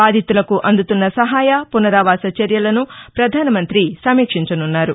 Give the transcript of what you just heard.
బాధితులకు అందుతున్న సహాయ పునరావాస చర్యలను ప్రధానమంత్రి సమీక్టించనున్నారు